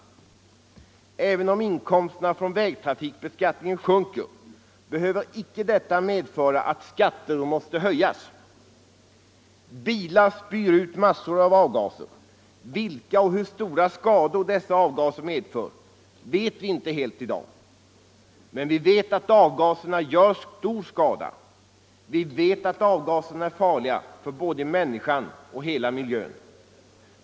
Även om inkomsterna från vägtrafikbeskattningen sjunker, behöver inte detta medföra att skatten måste höjas. Bilarna spyr ut massor av avgaser. Vilka och hur stora skador dessa avgaser medför vet vi inte helt i dag. Men vi vet att avgaserna gör stor skada och är farliga för både människan och hela miljön.